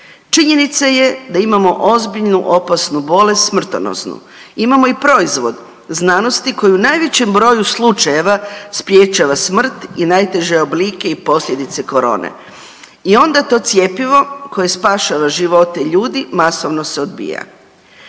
Činjenica je da imamo ozbiljnu opasnu bolest smrtonosnu, imamo i proizvod znanosti koji u najvećem broju slučajeva sprječava smrt i najteže oblike i posljedice korone. I onda to cjepivo koje spašava živote ljudi masovno se odbija.